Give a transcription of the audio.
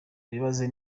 wibaze